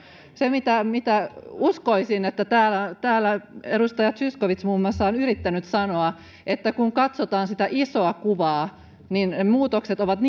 se mitä uskoisin että täällä täällä edustaja zyskowicz muun muassa on yrittänyt sanoa on se että kun katsotaan sitä isoa kuvaa muutokset ovat